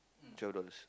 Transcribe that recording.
twelve dollars